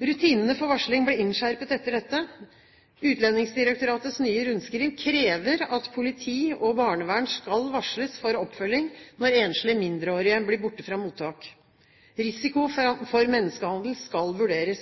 Rutinene for varsling ble innskjerpet etter dette. Utlendingsdirektoratets nye rundskriv krever at politi og barnevern skal varsles for oppfølging når enslige mindreårige blir borte fra mottak. Risiko for menneskehandel